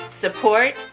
Support